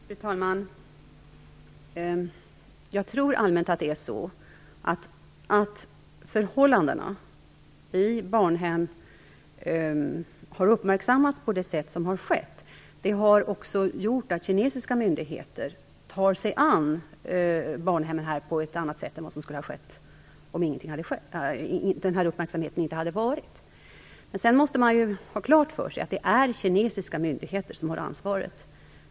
Fru talman! Jag tror allmänt att det är på det sättet att förhållandena på barnhemmen har uppmärksammats. Det har också gjort att kinesiska myndigheter tar sig an barnhemmen på ett annat sätt än vad som skulle ha skett om inte detta hade uppmärksammats. Men man måste ha klart för sig att det är kinesiska myndigheter som har ansvaret.